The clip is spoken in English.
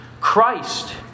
Christ